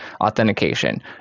authentication